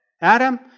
Adam